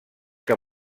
que